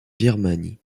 birmanie